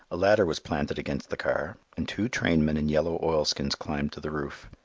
a ladder was planted against the car, and two trainmen in yellow oilskins climbed to the roof.